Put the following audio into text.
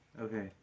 Okay